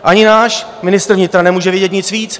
Ani náš ministr vnitra nemůže vědět nic víc.